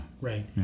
right